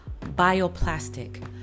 Bioplastic